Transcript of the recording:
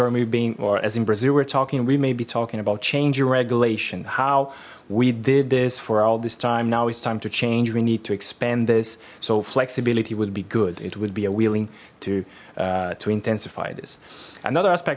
or me being or as in brazil were talking we may be talking about changing regulation how we did this for all this time now it's time to change we need to expand this so flexibility will be good it will be a willing to to intensify this another aspect